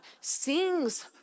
sings